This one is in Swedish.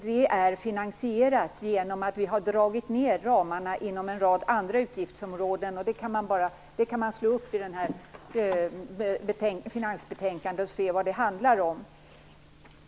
Det är finansierat genom att vi har minskat ramarna inom en rad andra utgiftsområden. Man kan slå upp detta i finansbetänkandet för att se vad det handlar om.